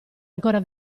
ancora